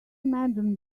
imagine